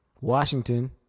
Washington